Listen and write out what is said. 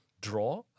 draw